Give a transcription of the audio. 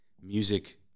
music